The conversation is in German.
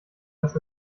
dass